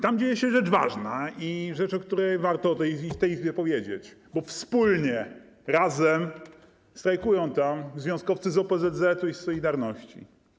Tam dzieje się rzecz ważna, rzecz, o której warto w tej Izbie powiedzieć, bo wspólnie, razem strajkują tam związkowcy z OPZZ i „Solidarności”